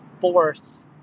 force